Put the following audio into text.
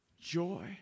joy